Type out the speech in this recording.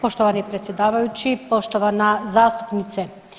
Poštovani predsjedavajući, poštovana zastupnice.